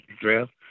draft